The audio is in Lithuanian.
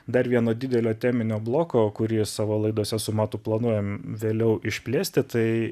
dar vieno didelio teminio bloko kurį savo laidose su matu planuojam vėliau išplėsti tai